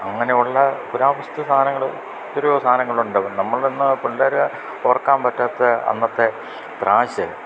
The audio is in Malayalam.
അങ്ങനെയുള്ള പുരാവസ്തു സാധനങ്ങള് ഒരു സാധനങ്ങളുണ്ട് നമ്മളന്ന് പിള്ളേര് ഓർക്കാൻ പറ്റാത്ത അന്നത്തെ ത്രാശ്